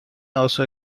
also